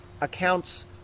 accounts